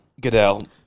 Goodell